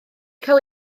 cael